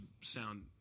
sound